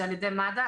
על-ידי מד"א.